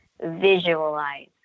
visualize